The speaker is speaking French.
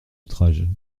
outrages